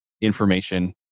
information